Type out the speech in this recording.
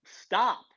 Stop